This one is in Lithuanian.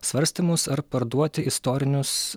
svarstymus ar parduoti istorinius